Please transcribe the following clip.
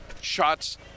Shots